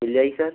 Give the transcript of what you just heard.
मिल जाएगी सर